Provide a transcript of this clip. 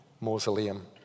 mausoleum